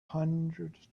hundred